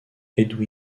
edwin